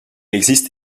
existe